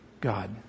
God